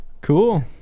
Cool